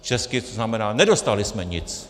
Česky to znamená, nedostali jsme nic.